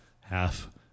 half